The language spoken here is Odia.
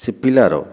ସେ ପିଲାର